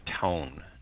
tone